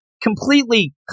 completely